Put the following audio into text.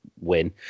win